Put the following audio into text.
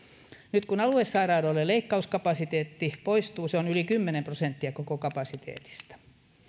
nyt kun aluesairaaloiden leikkauskapasiteetti poistuu se on yli kymmenen prosenttia koko kapasiteetista